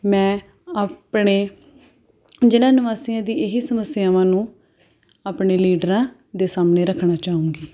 ਮੈਂ ਆਪਣੇ ਜ਼ਿਲ੍ਹਾ ਨਿਵਾਸੀਆਂ ਦੀ ਇਹੀ ਸਮੱਸਿਆਵਾਂ ਨੂੰ ਆਪਣੇ ਲੀਡਰਾਂ ਦੇ ਸਾਹਮਣੇ ਰੱਖਣਾ ਚਾਹੂੰਗੀ